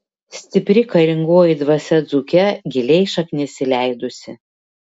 stipri karingoji dvasia dzūke giliai šaknis įleidusi